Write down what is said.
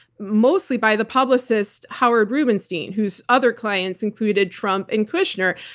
mostly by the publicist howard rubenstein, whose other clients included trump and kushner.